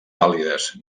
vàlides